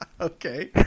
Okay